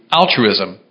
altruism